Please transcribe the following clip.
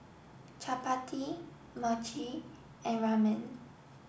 Chapati Mochi and Ramen